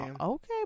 Okay